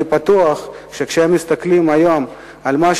אני בטוח שכשהם מסתכלים היום על מה